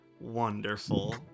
Wonderful